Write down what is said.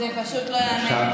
זה פשוט לא ייאמן.